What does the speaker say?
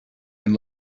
and